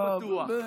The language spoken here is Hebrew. לא בטוח.